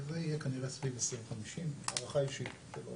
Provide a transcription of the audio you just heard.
זה יהיה כנראה סביב 2050, הערכה אישית, זה לא